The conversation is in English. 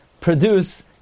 produce